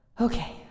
Okay